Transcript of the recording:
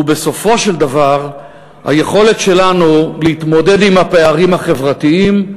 בסופו של דבר היכולת שלנו להתמודד עם הפערים החברתיים,